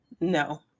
no